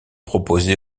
proposé